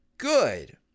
good